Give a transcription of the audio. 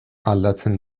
aldatzen